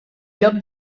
lloc